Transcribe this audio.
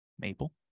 maple